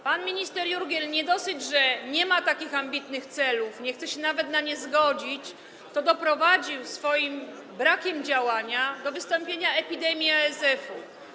Pan minister Jurgiel nie dosyć, że nie ma takich ambitnych celów, nie chce się nawet na nie zgodzić, to jeszcze doprowadził swoim brakiem działania do wystąpienia epidemii ASF-u.